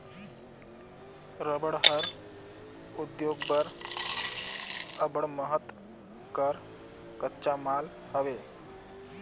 रबड़ हर उद्योग बर अब्बड़ महत कर कच्चा माल हवे